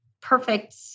perfect